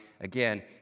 Again